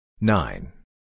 Nine